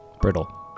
brittle